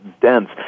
dense